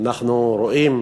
אנחנו רואים